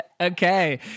okay